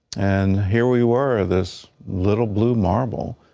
and here we were, this little blue marble,